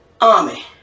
army